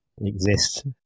exist